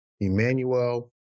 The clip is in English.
Emmanuel